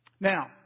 Now